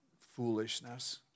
foolishness